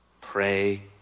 Pray